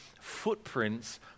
footprints